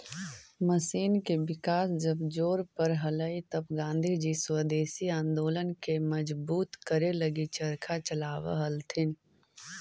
machine के विकास जब जोर पर हलई तब गाँधीजी स्वदेशी आंदोलन के मजबूत करे लगी चरखा चलावऽ हलथिन